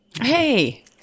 Hey